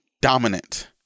dominant